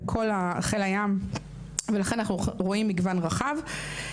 חיל הים וכו ולכן אנחנו רואים מגוון רחב.